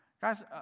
guys